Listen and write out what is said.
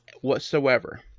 whatsoever